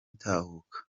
itahuka